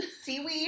seaweed